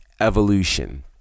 evolution